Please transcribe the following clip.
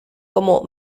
como